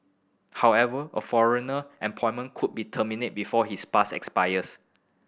however a foreigner employment could be terminated before his pass expires